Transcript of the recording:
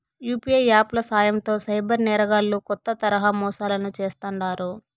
UPI app ల సాయంతో cyber నేరగాల్లు కొత్త తరహా మోసాలను చేస్తాండారు